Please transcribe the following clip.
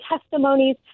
testimonies